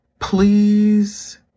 please